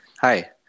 hi